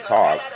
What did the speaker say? talk